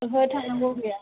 ओहो थांनांगौ गैया